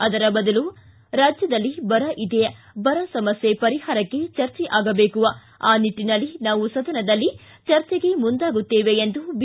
ಅದರ ಬದಲು ರಾಜ್ಯದಲ್ಲಿ ಬರ ಇದೆ ಬರ ಸಮಸ್ಯೆ ಪರಿಹಾರಕ್ಕೆ ಚರ್ಚೆ ಆಗಬೇಕು ಆ ನಿಟ್ಟನಲ್ಲಿ ನಾವು ಸದನದಲ್ಲಿ ಚರ್ಚೆಗೆ ಮುಂದಾಗುತ್ತೇವೆ ಎಂದು ಬಿ